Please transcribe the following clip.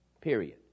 period